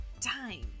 time